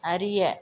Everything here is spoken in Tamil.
அறிய